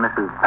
Mrs